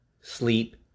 sleep